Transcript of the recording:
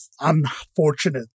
unfortunately